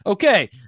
Okay